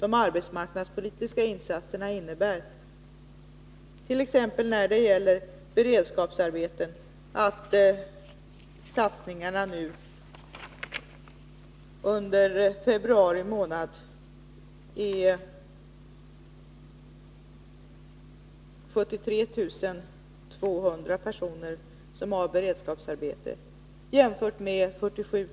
De arbetsmarknadspolitiska insatserna innebär, t.ex. när det gäller beredskapsarbeten, att 73 200 personer under februari i år haft beredskapsarbeten, jämfört med 47